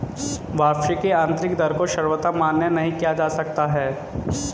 वापसी की आन्तरिक दर को सर्वथा मान्य नहीं किया जा सकता है